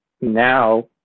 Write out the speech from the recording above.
now